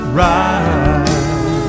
right